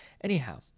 Anyhow